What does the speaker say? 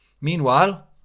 Meanwhile